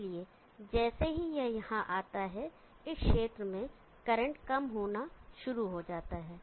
इसलिए जैसे ही यह यहाँ आता है इस क्षेत्र में करंट कम होना शुरू हो जाता है